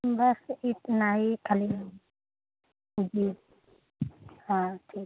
बस एतना ही खाली जी हँ ठीक